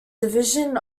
division